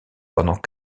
pendant